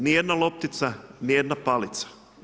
Nijedna loptica, nijedna palica.